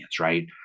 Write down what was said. right